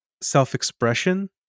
self-expression